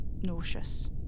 nauseous